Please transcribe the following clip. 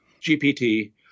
GPT